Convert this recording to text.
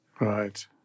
Right